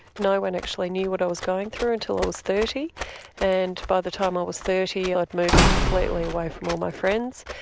no one actually knew what i was going through until i was thirty and by the time i was thirty i'd moved completely away from all my friends.